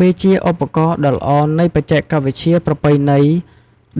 វាជាឧទាហរណ៍ដ៏ល្អនៃបច្ចេកវិទ្យាប្រពៃណី